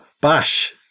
Bash